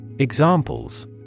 Examples